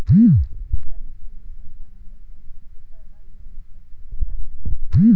कमीत कमी खर्चामध्ये कोणकोणती फळबाग घेऊ शकतो ते सांगा